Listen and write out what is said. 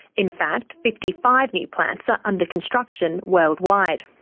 in fact, fifty five new plants are under construction worldwide.